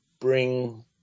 bring